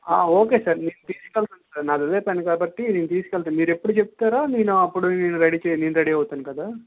ఆ okay sir నేను తీసుకెళ్తాను నాది అదే పని కాబట్టి నేను తీసుకెళ్తాను మీరు ఎప్పుడూ చెప్తారో నేను అప్పుడు రెడీ చే నేను రెడీ అవుతాను కదా